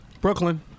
Brooklyn